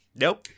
Nope